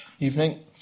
evening